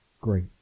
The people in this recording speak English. great